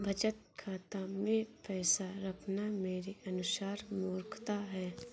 बचत खाता मैं पैसा रखना मेरे अनुसार मूर्खता है